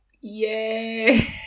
Yay